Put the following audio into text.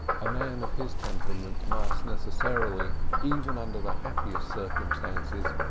a man of his temperament must necessarily, even under the happiest circumstances,